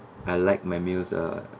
I like my meals uh